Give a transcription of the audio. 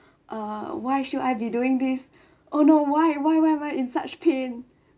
uh why should I be doing this oh no why are why why why in such pain